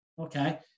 okay